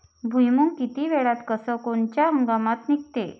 भुईमुंग किती वेळात अस कोनच्या हंगामात निगते?